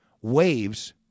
waves